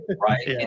right